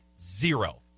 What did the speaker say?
zero